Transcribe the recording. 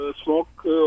smoke